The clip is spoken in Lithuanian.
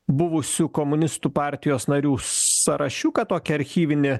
buvusių komunistų partijos narių sąrašiuką tokia archyvinė